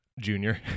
Junior